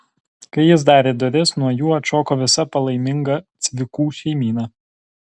kai jis darė duris nuo jų atšoko visa palaiminga cvikų šeimyna